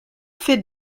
fait